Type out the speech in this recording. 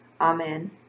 Amen